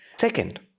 Second